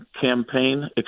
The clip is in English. campaign